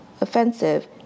offensive